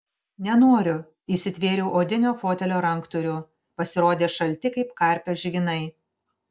nenoriu įsitvėriau odinio fotelio ranktūrių pasirodė šalti kaip karpio žvynai